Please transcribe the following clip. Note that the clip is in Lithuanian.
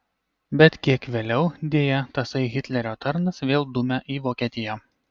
bet kiek vėliau deja tasai hitlerio tarnas vėl dumia į vokietiją